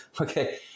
okay